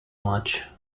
much